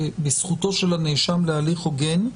בזכותו של הנאשם להליך הוגן,